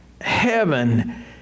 heaven